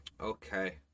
Okay